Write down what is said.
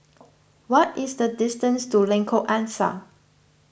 what is the distance to Lengkok Angsa